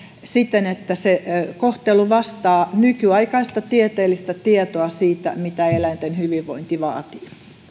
siten että se kohtelu vastaa nykyaikaista tieteellistä tietoa siitä mitä eläinten hyvinvointi vaatii